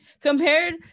Compared